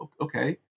okay